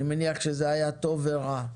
אני מניח שזה היה טוב ורע.